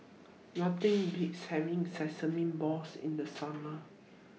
Nothing Beats having Sesame Balls in The Summer